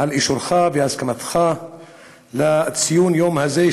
על אישורך והסכמתך לציון היום הזה,